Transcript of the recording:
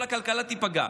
כל הכלכלה תיפגע.